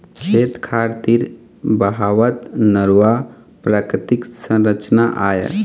खेत खार तीर बहावत नरूवा प्राकृतिक संरचना आय